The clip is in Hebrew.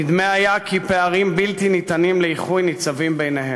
נדמה היה כי פערים בלתי ניתנים לאיחוי ניצבים ביניהם.